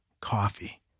coffee